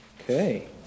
Okay